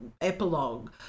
epilogue